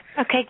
Okay